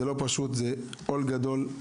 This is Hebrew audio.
זה לא פשוט, זה עול גדול.